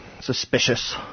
suspicious